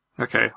Okay